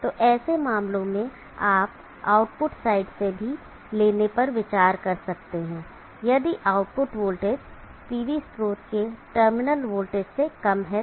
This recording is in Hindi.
तो ऐसे मामलों में आप आउटपुट साइड से भी लेने पर विचार कर सकते हैं यदि आउटपुट वोल्टेज PV स्रोत के टर्मिनल वोल्टेज से कम है तो